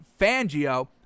Fangio